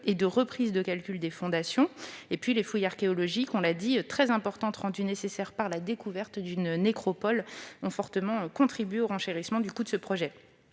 et de reprise de calcul des fondations. Les fouilles archéologiques très importantes rendues nécessaires par la découverte d'une nécropole ont fortement contribué au renchérissement du coût de ce projet.